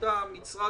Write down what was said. עם השר.